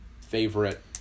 favorite